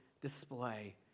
display